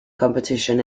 competition